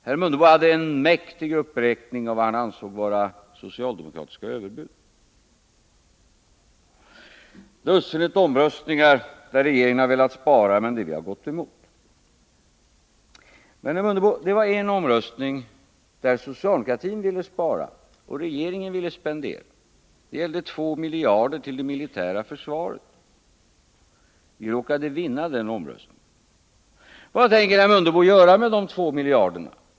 Herr Mundebo gjorde en mäktig uppräkning av vad han ansåg vara socialdemokratiska överbud och angav dussinet omröstningar där regeringen hade velat spara men vi hade gått emot detta. Men vi hade, herr Mundebo, en omröstning där socialdemokratin ville spara och regeringen spendera. Det gällde 2 miljarder till det militära försvaret. Vi råkade vinna den omröstningen. Vad tänker herr Mundebo göra med dessa 2 miljarder?